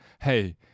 hey